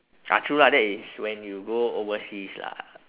ah true lah that is when you go overseas lah